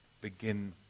begin